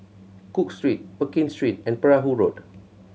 Cook Street Pekin Street and Perahu Road